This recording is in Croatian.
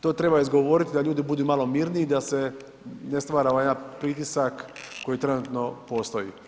To treba izgovorit da ljudi budu malo mirniji, da se ne stvara ovaj jedan pritisak koji trenutno postoji.